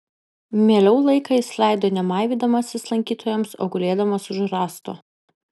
mieliau laiką jis leido ne maivydamasis lankytojams o gulėdamas už rąsto